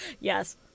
Yes